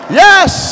yes